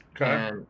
Okay